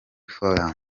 forum